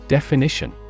Definition